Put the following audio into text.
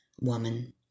woman